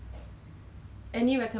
so you actually got the job lah